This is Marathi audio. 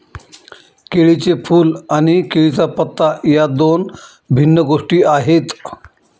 केळीचे फूल आणि केळीचा पत्ता या दोन भिन्न गोष्टी आहेत